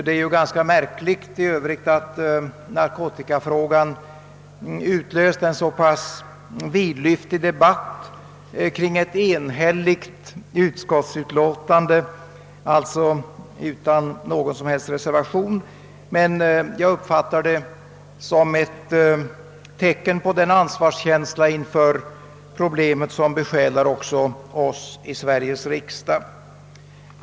Det är ju ganska märkligt för övrigt att narkotikafrågan utlöst en så pass vidlyftig debatt kring ett enhälligt utskottsutlåtande, alltså ett utlåtande utan någon som helst reservation, men jag uppfattar det som ett tecken på den ansvarskänsla inför problemet som besjälar också oss i Sveriges riksdag.